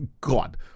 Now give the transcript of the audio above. God